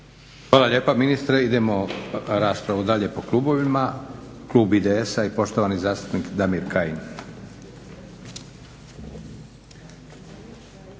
Hvala lijepa ministre. Idemo u raspravu dalje po klubovima. Klub IDS-a i poštovani zastupnik Damir Kajin.